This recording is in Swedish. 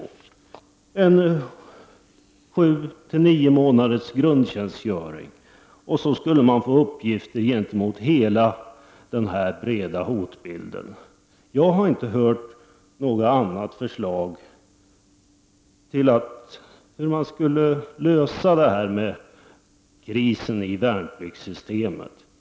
Vi tänker oss en 7—9 månaders grundtjänstgöring och att man skulle få uppgifter gentemot hela den breda hotbilden. Jag har inte hört något annat förslag på hur man skulle lösa krisen i värnpliktssystemet.